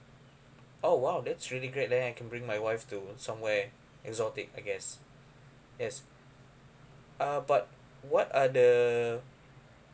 oh !wow! that's really great then I can bring my wife to somewhere exotic I guess yes uh but what are the